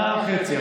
שנה וחצי.